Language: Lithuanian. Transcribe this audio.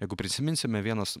jeigu prisiminsime vienas